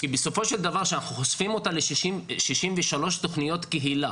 בסופו של דבר אנחנו חושפים אותה ל-63 תכניות קהילה